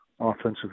offensive